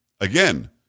again